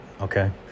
okay